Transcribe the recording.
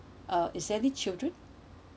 uh is there any children